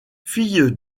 fille